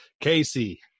Casey